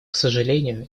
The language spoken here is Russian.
сожалению